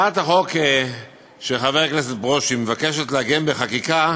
הצעת החוק של חבר הכנסת ברושי מבקשת לעגן בחקיקה